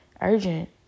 urgent